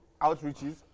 outreaches